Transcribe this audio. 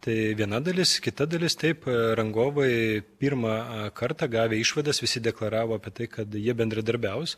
tai viena dalis kita dalis taip rangovai pirmą kartą gavę išvadas visi deklaravo apie tai kad jie bendradarbiaus